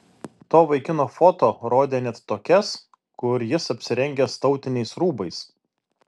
to vaikino foto rodė net tokias kur jis apsirengęs tautiniais rūbais